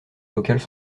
vocales